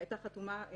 הייתה חתומה,